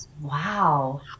wow